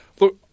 Look